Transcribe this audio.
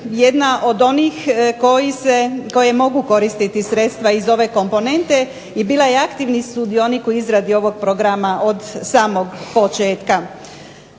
jedna od onih koje mogu koristiti sredstva iz ove komponente i bila je aktivni sudionik u izradi ovog programa od samog početak.